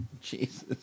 Jesus